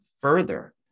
further